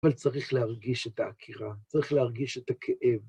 אבל צריך להרגיש את העקירה, צריך להרגיש את הכאב.